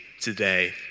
today